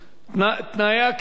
תנאי הכליאה